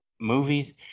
movies